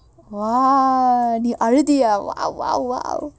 !wah! நீ அழுதியா:nee aluthiyaa